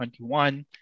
2021